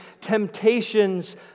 temptations